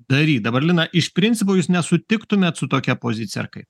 daryt dabar lina iš principo jūs nesutiktumėt su tokia pozicija ar kaip